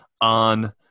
on